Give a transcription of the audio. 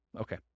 Okay